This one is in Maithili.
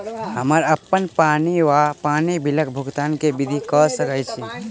हम्मर अप्पन पानि वा पानि बिलक भुगतान केँ विधि कऽ सकय छी?